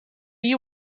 you